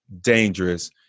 dangerous